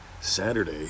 Saturday